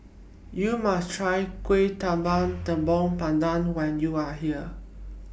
YOU must Try Kuih Talam Tepong Pandan when YOU Are here